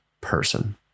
person